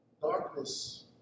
darkness